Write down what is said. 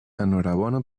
enhorabona